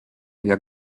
jak